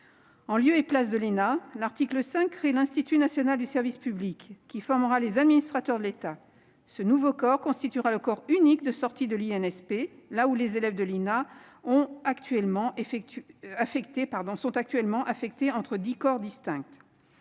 d'administration (ENA), l'article 5 crée l'Institut national du service public (INSP), qui formera les administrateurs de l'État. Ce nouveau corps constituera le corps unique de sortie de l'INSP, là où les élèves de l'ENA sont actuellement affectés dans dix corps distincts.